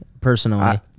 personally